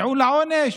טיעון לעונש,